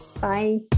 Bye